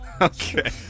Okay